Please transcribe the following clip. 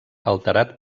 alterat